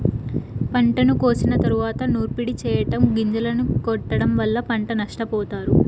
పంటను కోసిన తరువాత నూర్పిడి చెయ్యటం, గొంజలను కొట్టడం వల్ల పంట నష్టపోతారు